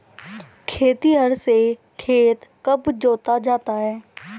खेतिहर से खेत कब जोता जाता है?